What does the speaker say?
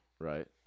Right